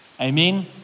Amen